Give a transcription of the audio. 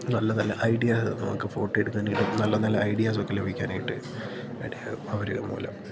നല്ല നല്ല ഐഡിയാസ് നമുക്ക് ഫോട്ടോ എടുക്കാനായിട്ട് നല്ല നല്ല ഐഡിയാസൊക്കെ ലഭിക്കാനായിട്ട് ഇടയാവും അവര് മൂലം